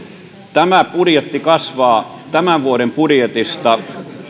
tämä budjetti kasvaa tämän vuoden budjetista